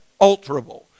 unalterable